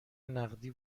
نقدی